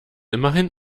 immerhin